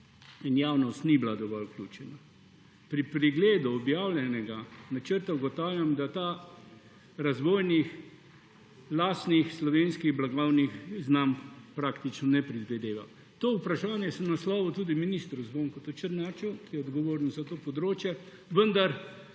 in javnost ni bila dovolj vključena. Pri pregledu objavljenega načrta ugotavljam, da ta lastnih razvojnih slovenskih blagovnih znamk praktično ne predvideva. To vprašanje sem naslovil tudi ministru Zvonku Černaču, ki je odgovoren za to področje, vendar